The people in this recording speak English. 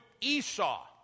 Esau